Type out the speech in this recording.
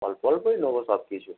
অল্প অল্পই নেবো সব কিছু